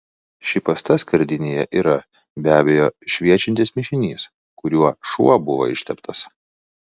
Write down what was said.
ši pasta skardinėje yra be abejo šviečiantis mišinys kuriuo šuo buvo išteptas